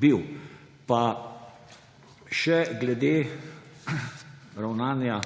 bil. Še glede ravnanja